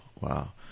wow